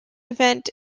event